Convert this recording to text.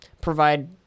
provide